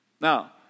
Now